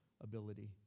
ability